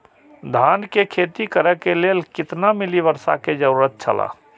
धान के खेती करे के लेल कितना मिली वर्षा के जरूरत छला?